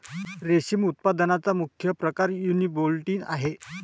रेशम उत्पादनाचा मुख्य प्रकार युनिबोल्टिन आहे